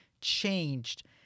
changed